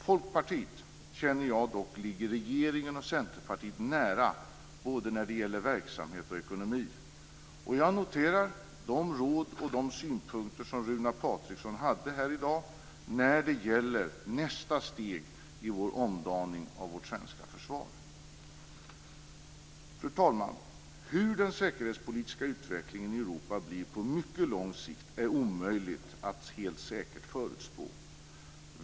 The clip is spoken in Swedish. Folkpartiet känner jag dock ligger regeringen och Centerpartiet nära när det gäller både verksamhet och ekonomi. Jag noterar de råd och de synpunkter som Runar Patriksson hade här i dag när det gäller nästa steg i vår omdaning av vårt svenska försvar. Fru talman! Hur den säkerhetspolitiska utvecklingen i Europa blir på mycket lång sikt är omöjligt att helt säkert förutspå.